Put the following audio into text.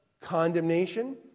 condemnation